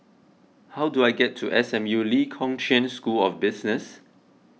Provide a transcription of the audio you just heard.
how do I get to S M U Lee Kong Chian School of Business